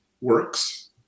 works